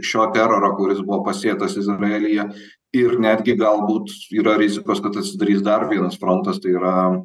šio teroro kuris buvo pasėtas izraelyje ir netgi galbūt yra rizikos kad atsidarys dar vienas frontas tai yra